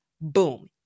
Boom